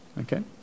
Okay